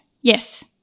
Yes